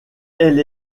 elle